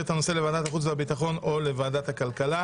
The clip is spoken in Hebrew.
את הנושא לוועדת החוץ והביטחון או לוועדת הכלכלה?